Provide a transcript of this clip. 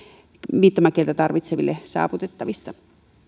viittomakieltä tarvitseville saavutettavissa